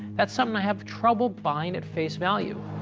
that's something i have trouble buying at face value.